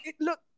look